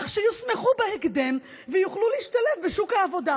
כך שיוסמכו בהקדם ויוכלו להשתלב בשוק העבודה.